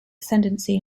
ascendancy